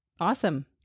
awesome